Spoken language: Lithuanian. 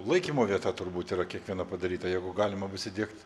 laikymo vieta turbūt yra kiekviena padaryta jeigu galima bus įdiegt